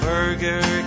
Burger